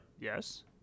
Yes